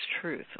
truth